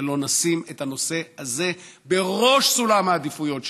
אם לא נשים את הנושא הזה בראש סולם העדיפויות שלנו.